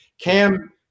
Cam